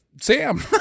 Sam